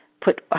Put